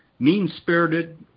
mean-spirited